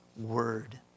word